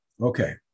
okay